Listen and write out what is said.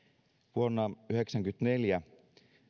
vuonna yhdeksänkymmentäneljä